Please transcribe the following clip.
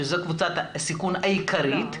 שזו קבוצת הסיכון העיקרית,